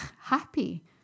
happy